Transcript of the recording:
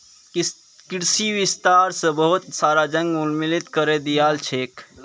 कृषि विस्तार स बहुत सारा जंगल उन्मूलित करे दयाल गेल छेक